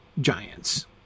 giants